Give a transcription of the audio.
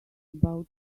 about